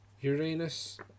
Uranus